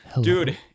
Dude